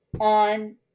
on